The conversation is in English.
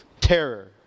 terror